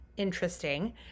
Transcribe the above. interesting